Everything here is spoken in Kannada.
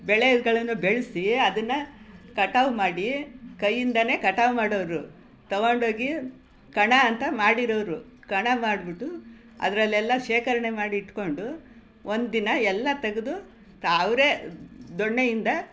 ಬೆಳೆಗಳನ್ನು ಬೆಳೆಸಿ ಅದನ್ನು ಕಟಾವು ಮಾಡಿ ಕೈಯ್ಯಿಂದಲೇ ಕಟಾವು ಮಾಡೋರು ತೊಗೊಂಡು ಹೋಗಿ ಕಣ ಅಂತ ಮಾಡಿರೋರು ಕಣ ಮಾಡಿಬಿಟ್ಟು ಅದರಲ್ಲೆಲ್ಲ ಶೇಖರಣೆ ಮಾಡಿಟ್ಕೊಂಡು ಒಂದು ದಿನ ಎಲ್ಲ ತೆಗೆದು ತ ಅವರೇ ದೊಣ್ಣೆಯಿಂದ